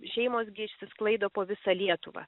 šeimos gi išsisklaido po visą lietuvą